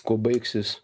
kuo baigsis